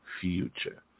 future